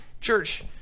Church